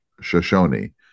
shoshone